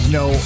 no